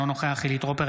אינו נוכח חילי טרופר,